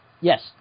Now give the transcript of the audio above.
Yes